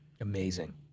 amazing